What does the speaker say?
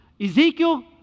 Ezekiel